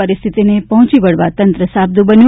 પરિસ્થિતિને પહોંચી વળવા તંત્ર સાબદુ બન્યું